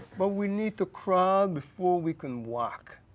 but we need to crawl before we can walk.